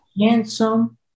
Handsome